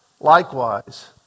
Likewise